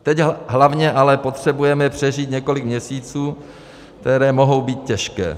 Teď hlavně ale potřebujeme přežít několik měsíců, které mohou být těžké.